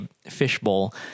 fishbowl